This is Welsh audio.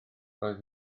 roedd